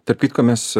tarp kitko mes